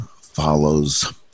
follows